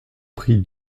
prie